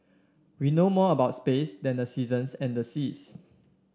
we know more about space than the seasons and the seas